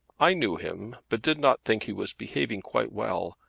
i knew him, but did not think he was behaving quite well.